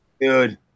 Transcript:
Dude